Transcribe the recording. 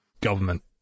government